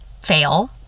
fail